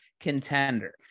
contender